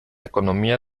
economía